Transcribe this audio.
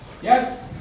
Yes